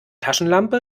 taschenlampe